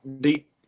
deep